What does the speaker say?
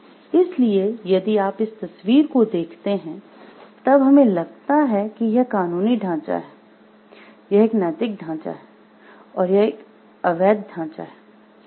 इसलिए यदि आप इस तस्वीर को देखते हैं तब हमें लगता है कि यह एक कानूनी ढांचा है यह एक नैतिक ढांचा है और यह एक अवैध ढांचा है